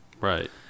right